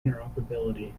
interoperability